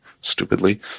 stupidly